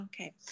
okay